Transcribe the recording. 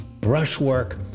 brushwork